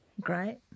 Great